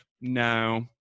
no